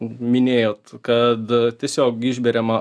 minėjot kad tiesiog išberiama